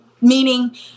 Meaning